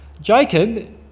Jacob